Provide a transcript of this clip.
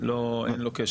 אין לו קשר.